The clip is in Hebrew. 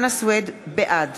בעד